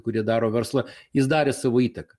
kurie daro verslą jis darė savo įtaką